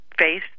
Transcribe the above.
face